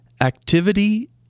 Activity